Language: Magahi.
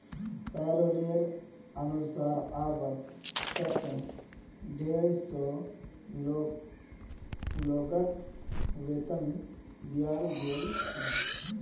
पैरोलेर अनुसार अब तक डेढ़ सौ लोगक वेतन दियाल गेल छेक